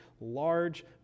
large